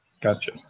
Gotcha